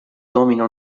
domina